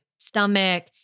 Stomach